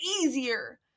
easier